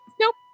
Nope